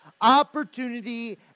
opportunity